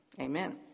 Amen